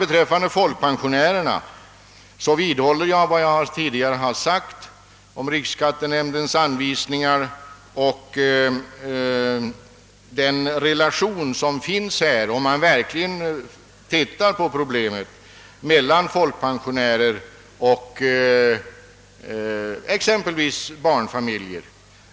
Beträffande folkpensionärerna vidhåller jag vad jag tidigare har sagt om riksskattenämndens anvisningar och om den «relation som råder — ifall man verkligen granskar problemet — mellan folkpensionärer och exempelvis barnfamiljer.